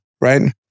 right